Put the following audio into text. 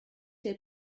elle